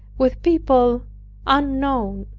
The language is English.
with people unknown.